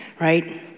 right